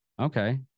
Okay